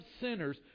sinners